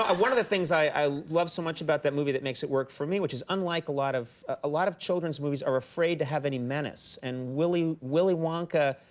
one of the things i love so much about that movie that makes it work for me, which is unlike a lot of ah lot of children's movies are afraid to have any menace. and willy willy wonka,